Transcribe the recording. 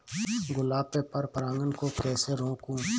गुलाब में पर परागन को कैसे रोकुं?